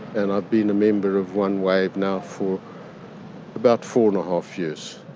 and i've been a member of onewave now for about four and a half years.